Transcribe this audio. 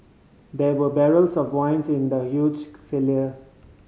there were barrels of wines in the huge cellar